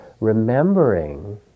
remembering